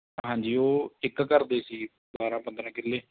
ਹਾਂਜੀ ਉਹ ਇੱਕ ਘਰ ਦੇ ਸੀ ਬਾਰ੍ਹਾਂ ਪੰਦਰ੍ਹਾਂ ਕਿੱਲੇ